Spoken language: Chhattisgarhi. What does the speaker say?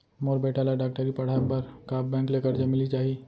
मोर बेटा ल डॉक्टरी पढ़ाये बर का बैंक ले करजा मिलिस जाही?